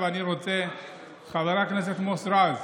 עכשיו, חבר הכנסת מוסי רז,